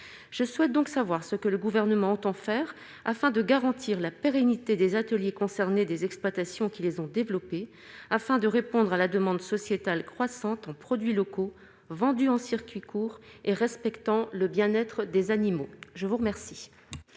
je souhaite donc savoir ce que le gouvernement entend faire afin de garantir la pérennité des ateliers concernés des exploitations qui les ont développées afin de répondre à la demande sociétale croissante en produits locaux vendus en circuit court et respectant le bien-être des animaux, je vous remercie.